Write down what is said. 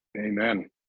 Amen